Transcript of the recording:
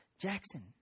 Jackson